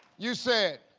you said.